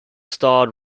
starred